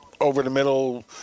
over-the-middle